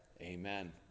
amen